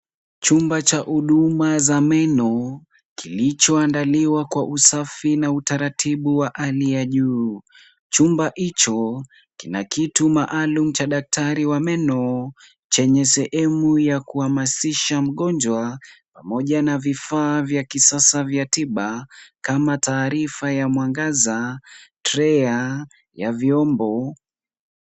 Chumba cha huduma za meno, kilichoandaliwa kwa usafi na utaratibu wa hali ya juu. Chumba hicho kina kitu maalum cha daktari wa meno, chenye sehemu ya kuhamasisha mgonjwa, pamoja na vifaa vya kisasa vya tiba, kama taarifa ya mwangaza, treya ya vyombo.